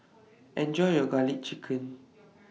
Enjoy your Garlic Chicken